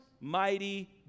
mighty